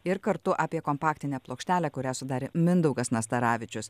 ir kartu apie kompaktinę plokštelę kurią sudarė mindaugas nastaravičius